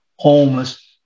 homeless